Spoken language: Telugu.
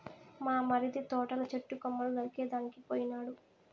మా మరిది తోటల చెట్టు కొమ్మలు నరికేదానికి పోయినాడు